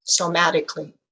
Somatically